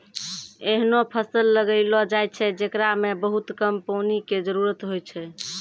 ऐहनो फसल लगैलो जाय छै, जेकरा मॅ बहुत कम पानी के जरूरत होय छै